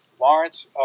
Lawrence